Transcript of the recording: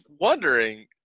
wondering